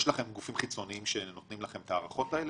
יש לכם גופים חיצוניים שנותנים לכם את ההערכות האלה?